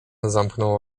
zamknął